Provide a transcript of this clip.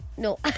no